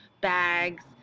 bags